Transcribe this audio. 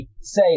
say